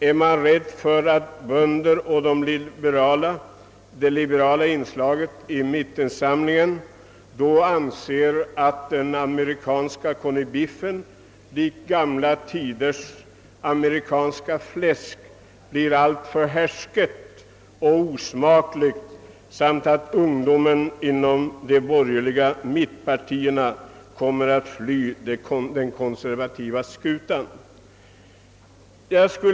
är man rädd för att bönderna och de liberala väljarna skall anse att den amerikanska corned beefen liksom gamla tiders amerikanska fläsk blir alltför härsken och osmaklig? Tror man att ungdomen i mittenpartierna kommer att fly den konservativa skutan?